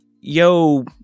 yo